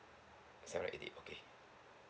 seven and eighty okay